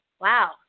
wow